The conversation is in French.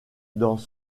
dans